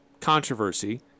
controversy